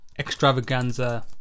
extravaganza